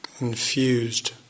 infused